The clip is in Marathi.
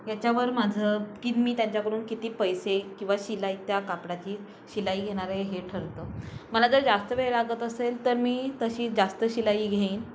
याच्यावर माझं की मी त्यांच्याकडून किती पैसे किंवा शिलाई त्या कापडाची शिलाई घेणार आहे हे ठरतं मला जर जास्त वेळ लागत असेल तर मी तशी जास्त शिलाई घेईन